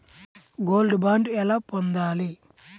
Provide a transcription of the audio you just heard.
Gold bond ఎలా పొందాలి?